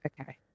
Okay